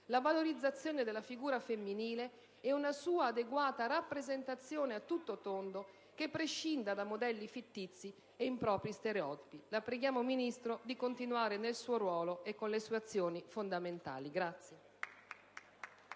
la valorizzazione della figura femminile e una sua adeguata rappresentazione a tutto tondo che prescinda da modelli fittizi e da impropri stereotipi. La preghiamo, dunque, signora Ministro, di continuare nel suo ruolo e con le sue azioni fondamentali.